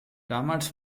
damals